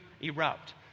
erupt